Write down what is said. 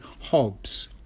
Hobbes